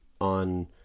on